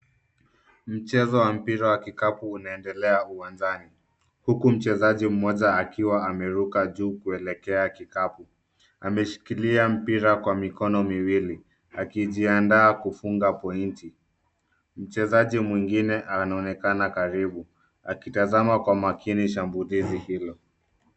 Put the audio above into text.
Mchezo wa mpira wa vikapu unaendelea uwanjni huku mchezaji mmoja akiwa ameruka juu kuelekea kikapu. Ameshikilia mpira kwa mikono miwili akijiandaa kufunga pointi. Mchezaji mwingine anaonekana karibu akitazama kwa makini shambulizi hilo.